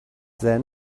then